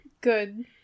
Good